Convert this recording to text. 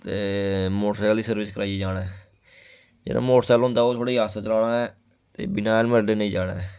ते मोटरसैकल दी सर्विस कराइयै जाना ऐ जेह्ड़ा मोटरसैकल होंदा ओह् थोह्ड़ा आस्ता चलाना ऐ ते बिना हेलमेट दे नेईं जाना ऐ